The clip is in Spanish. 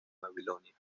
babilonia